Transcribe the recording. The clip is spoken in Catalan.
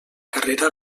carrera